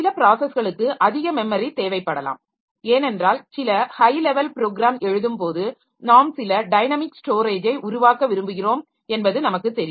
சில ப்ராஸஸ்களுக்கு அதிக மெமரி தேவைப்படலாம் ஏனென்றால் சில ஹை லெவல் ப்ரோக்ராம் எழுதும் போது நாம் சில டைனமிக் ஸ்டோரேஜை உருவாக்க விரும்புகிறோம் என்பது நமக்கு தெரியும்